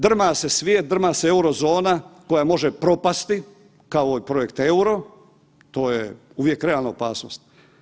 Drma se svijet, drma se Eurozona koja može propasti, kao i ovaj projekt EUR-o, to je uvijek realna opasnost.